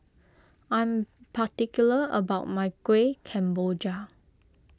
I am particular about my Kuih Kemboja